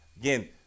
Again